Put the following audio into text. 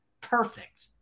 perfect